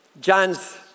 John's